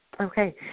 Okay